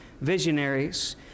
visionaries